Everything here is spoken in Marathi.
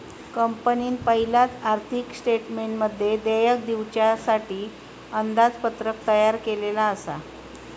कंपनीन पयलाच आर्थिक स्टेटमेंटमध्ये देयक दिवच्यासाठी अंदाजपत्रक तयार केल्लला आसा